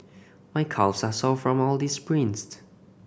my calves are sore from all the sprints